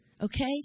Okay